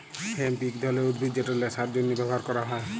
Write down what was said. hemp ইক ধরলের উদ্ভিদ যেট ল্যাশার জ্যনহে ব্যাভার ক্যরা হ্যয়